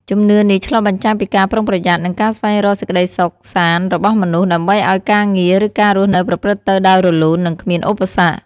ជំនឿនេះឆ្លុះបញ្ចាំងពីការប្រុងប្រយ័ត្ន និងការស្វែងរកសេចក្តីសុខសាន្តរបស់មនុស្ស ដើម្បីឱ្យការងារ ឬការរស់នៅប្រព្រឹត្តទៅដោយរលូន និងគ្មានឧបសគ្គ។